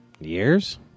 Years